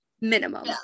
minimum